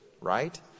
right